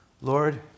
Lord